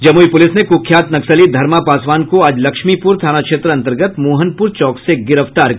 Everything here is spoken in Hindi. जमुई पुलिस ने कुख्यात नक्सली धर्मा पासवान को आज लक्ष्मीपुर थाना क्षेत्र अंतर्गत मोहनपुर चौक से गिरफ्तार कर लिया